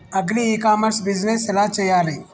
Agri e commerce business ఎలా చెయ్యాలి?